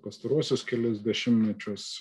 pastaruosius kelis dešimtmečius